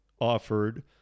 offered